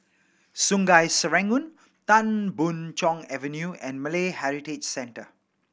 Sungei Serangoon Tan Boon Chong Avenue and Malay Heritage Centre